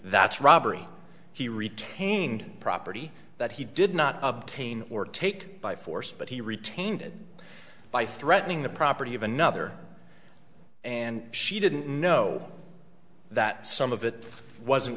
that's robbery he retained property that he did not obtain or take by force but he retained it by threatening the property of another and she didn't know that some of it wasn't